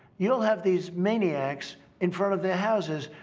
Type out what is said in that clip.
you'll have these maniacs in front of their houses,